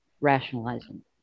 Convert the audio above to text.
rationalizing